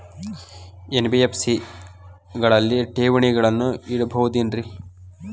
NBFC ಗಳಲ್ಲಿ ಠೇವಣಿಗಳನ್ನು ಇಡಬಹುದೇನ್ರಿ?